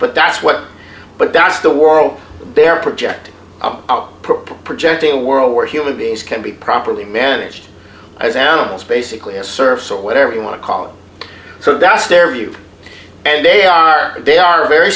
but that's what but that's the world they're projecting projecting a world where human beings can be properly managed as animals basically as service or whatever you want to call it so that's their view and they are they are very